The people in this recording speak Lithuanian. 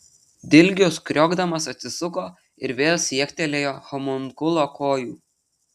dilgius kriokdamas atsisuko ir vėl siektelėjo homunkulo kojų